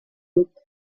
ruta